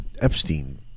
Epstein